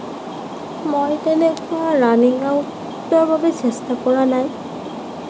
মই তেনেকুৱা ৰাণিঙৰ বাবে চেষ্টা কৰা নাই